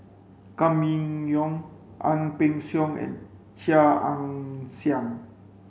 Gan Kim Yong Ang Peng Siong and Chia Ann Siang